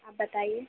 आप बताइए